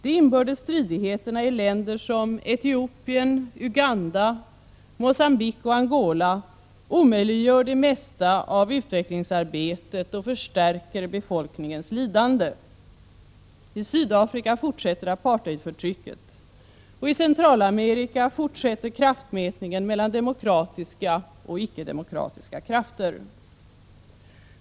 De inbördes stridigheterna i länder som Etiopien, Uganda, Mogambique och Angola omöjliggör det mesta av utvecklingsarbetet och förstärker befolkningens lidande. I Sydafrika fortsätter apartheidförtrycket. I Centralamerika fortsätter kraftmätningen mellan demokratiska och icke-demokratiska krafter.